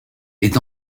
est